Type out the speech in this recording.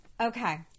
Okay